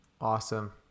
awesome